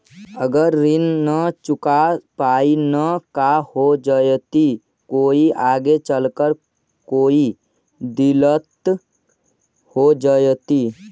अगर ऋण न चुका पाई न का हो जयती, कोई आगे चलकर कोई दिलत हो जयती?